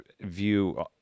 view